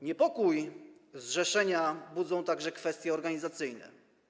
Niepokój zrzeszenia budzą także kwestie organizacyjne.